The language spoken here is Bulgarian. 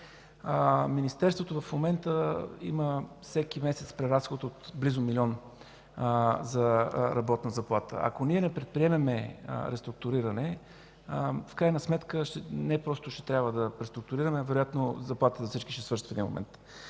Министерството в момента има всеки месец преразход от близо милион за работна заплата. Ако ние не предприемем реструктуриране, в крайна сметка не просто ще трябва да преструктурираме, а вероятно заплатите за всички ще свършат в един момент.